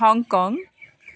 Hong Kong